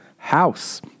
House